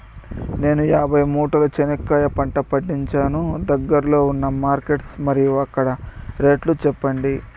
నేను యాభై మూటల చెనక్కాయ పంట పండించాను దగ్గర్లో ఉన్న మార్కెట్స్ మరియు అక్కడ రేట్లు చెప్పండి?